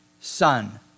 son